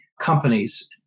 companies